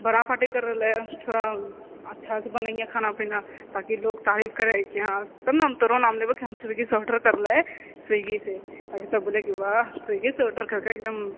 बड़ा पार्टी करै लऽ थोड़ा अच्छा से बनैहे खानापीना ताकि लोग तारीफ करै कि हँ तब नऽ हम तोरो नाम लेबौ कि हम स्विगीसँ ऑर्डर करलियै स्विगी से ताकि सब बोलय कि वाह स्विगी से ऑर्डर करलै